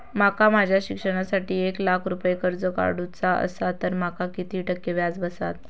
माका माझ्या शिक्षणासाठी एक लाख रुपये कर्ज काढू चा असा तर माका किती टक्के व्याज बसात?